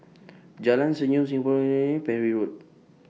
Jalan Senyum Singaporean Parry Road